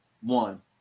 one